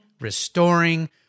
restoring